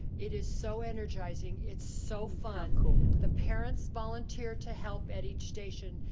it is so energizing. it's so fun. the parents volunteer to help at each station.